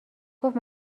گفت